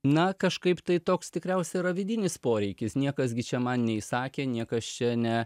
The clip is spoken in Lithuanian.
na kažkaip tai toks tikriausia yra vidinis poreikis niekas gi čia man neįsakė niekas čia ne